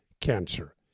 cancer